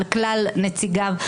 על כלל נציגיו,